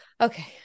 Okay